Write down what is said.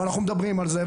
ואנחנו מדברים על זה,